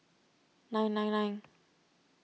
nine nine nine